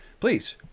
Please